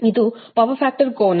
ಇದು power factor ಕೋನ